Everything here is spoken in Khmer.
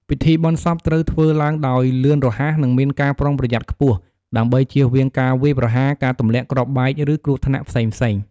ពិធីបុណ្យសពត្រូវធ្វើឡើងដោយលឿនរហ័ស និងមានការប្រុងប្រយ័ត្នខ្ពស់ ដើម្បីជៀសវាងការវាយប្រហារ ការទម្លាក់គ្រាប់បែក ឬគ្រោះថ្នាក់ផ្សេងៗ។